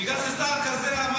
בגלל ששר כזה אמר